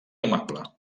amable